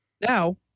Now